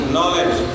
Knowledge